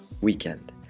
Weekend